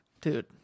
Dude